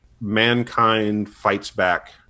mankind-fights-back